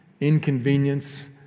inconvenience